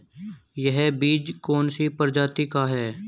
यह बीज कौन सी प्रजाति का है?